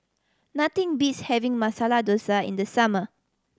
nothing beats having Masala Dosa in the summer